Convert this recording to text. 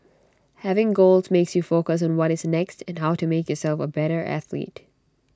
having goals makes you focus on what is next and how to make yourself A better athlete